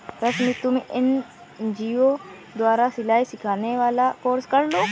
रश्मि तुम एन.जी.ओ द्वारा सिलाई सिखाने वाला कोर्स कर लो